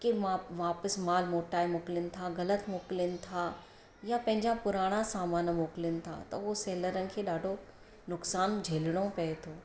की वापसि माल मोटाए मोकिलनि था ग़लति मोकिलनि था पंहिंजा पुराणा सामान मोकिलन था त उहो सेलरनि खे ॾाढो नुक़सानु झेलणो पए थो